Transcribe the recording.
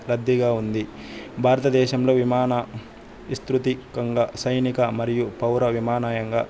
రద్దీగా ఉంది భారతదేశంలో విమాన విస్తృతి కంగా సైనిక మరియు పౌరవిమానయంగా